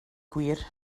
gwir